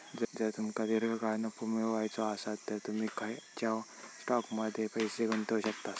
जर तुमका दीर्घकाळ नफो मिळवायचो आसात तर तुम्ही खंयच्याव स्टॉकमध्ये पैसे गुंतवू शकतास